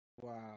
Wow